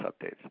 updates